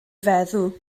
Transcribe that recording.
feddw